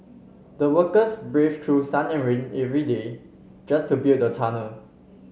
the workers braved through sun and rain every day just to build the tunnel